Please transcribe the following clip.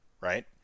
right